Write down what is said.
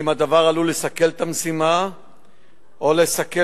אם הדבר עלול לסכל את המשימה או לסכן